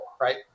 right